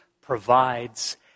provides